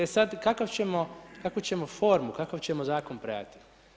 E sad, kakvu ćemo formu, kakav ćemo zakon predati?